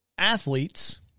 Athletes